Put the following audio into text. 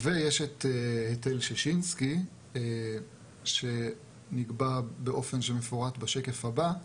ויש את היטל שישינסקי שנקבע באופן שמפורט בשקף הבא,